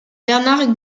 bernard